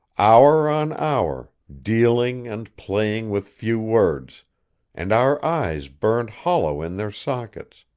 hour on hour, dealing, and playing with few words and our eyes burned hollow in their sockets,